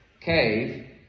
cave